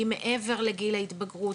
כי מעבר לגיל ההתבגרות,